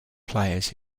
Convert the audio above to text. players